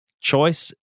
Choice